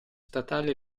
statale